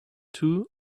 two